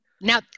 Now